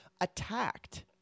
attacked